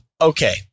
okay